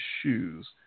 shoes